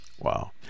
Wow